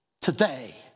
today